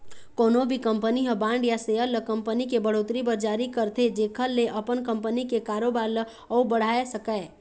कोनो भी कंपनी ह बांड या सेयर ल कंपनी के बड़होत्तरी बर जारी करथे जेखर ले अपन कंपनी के कारोबार ल अउ बढ़ाय सकय